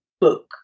book